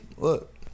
Look